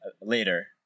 later